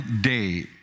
day